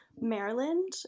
Maryland